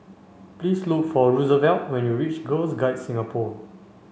please look for Roosevelt when you reach Girl Guides Singapore